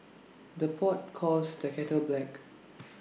the pot calls the kettle black